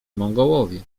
mongołowie